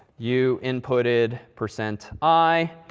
you inputted, percent i,